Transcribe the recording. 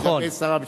לגבי שר המסחר.